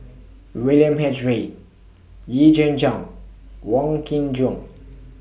William H Read Yee Jenn Jong Wong Kin Jong